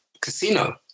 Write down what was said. casino